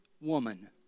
woman